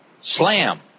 slam